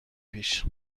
پیش